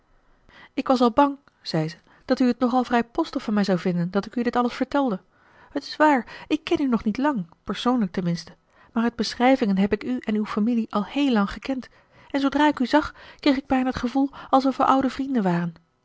ik was al bang zei ze dat u het nogal vrijpostig van mij zou vinden dat ik u dit alles vertelde t is waar ik ken u nog niet lang persoonlijk ten minste maar uit beschrijvingen heb ik u en uw familie al héél lang gekend en zoodra ik u zag kreeg ik bijna t gevoel alsof wij oude vrienden waren